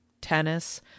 tennis